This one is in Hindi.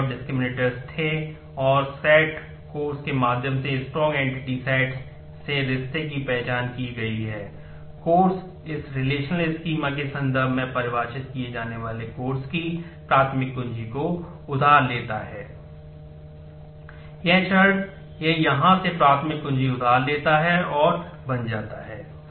एक क्षण यह यहां से प्राथमिक कुंजी उधार लेता है और बन जाता है